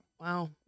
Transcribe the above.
Wow